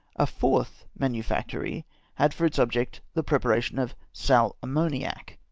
a fourth manufactory had for its object the preparation of sal ammoniac.